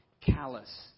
callous